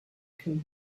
can